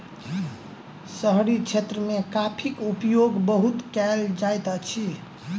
शहरी क्षेत्र मे कॉफ़ीक उपयोग बहुत कयल जाइत अछि